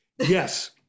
Yes